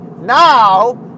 now